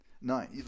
no